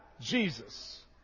Jesus